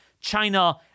China